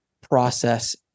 process